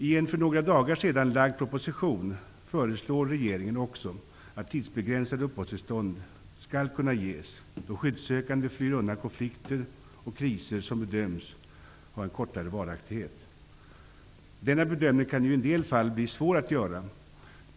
I en för några dagar sedan framlagd proposition föreslår regeringen också att tidsbegränsade uppehållstillstånd skall kunna ges då skyddsökande flyr undan konflikter och kriser som bedöms ha en kortare varaktighet. Denna bedömning kan ju i en del fall bli svår att göra.